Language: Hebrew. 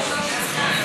צרפת?